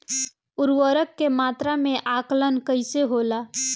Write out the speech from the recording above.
उर्वरक के मात्रा में आकलन कईसे होला?